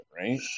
right